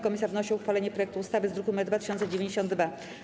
Komisja wnosi o uchwalenie projektu ustawy z druku nr 2092.